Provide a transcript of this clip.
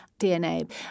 DNA